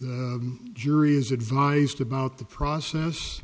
the jury is advised about the process